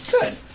good